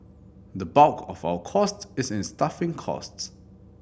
the bulk of our costs is in staffing costs